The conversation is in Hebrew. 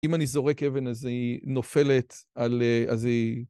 אם אני זורק אבן, אז היא נופלת על אה... אז היא...